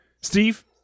Steve